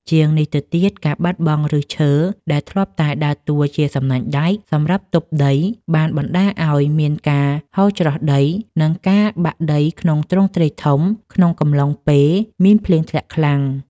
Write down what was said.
ជាងនេះទៅទៀត ការបាត់បង់ឫសឈើដែលធ្លាប់តែដើរតួជា សំណាញ់ដែក សម្រាប់ទប់ដី បានបណ្ដាលឱ្យមានការហូរច្រោះដី និងការបាក់ដីក្នុងទ្រង់ទ្រាយធំក្នុងកំឡុងពេលមានភ្លៀងធ្លាក់ខ្លាំង។